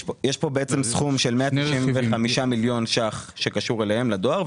יש פה סכום של 195 מיליון ש"ח שקשור לדואר,